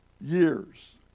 years